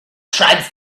tribes